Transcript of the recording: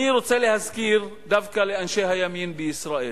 אני רוצה להזכיר דווקא לאנשי הימין בישראל,